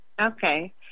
okay